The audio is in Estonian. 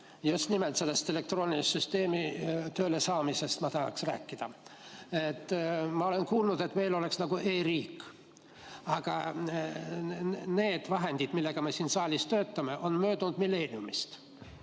Just nimelt sellest elektroonilise süsteemi töölesaamisest ma tahaks rääkida. Ma olen kuulnud, et meil on nagu e-riik. Aga need vahendid, millega me siin saalis töötame, on möödunud millenniumist.